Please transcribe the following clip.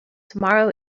tomorrow